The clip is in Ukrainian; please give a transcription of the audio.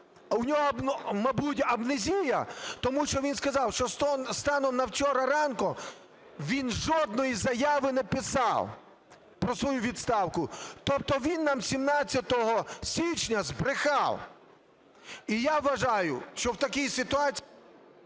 у нього, мабуть, амнезія, тому що він сказав, що станом на вчора ранку він жодної заяви не писав про свою відставку. Тобто він нам 17 січня збрехав. І я вважаю, що в такій ситуації...